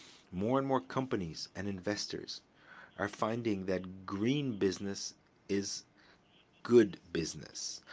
more and more companies and investors are finding that green business is good business.